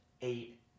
eight